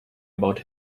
about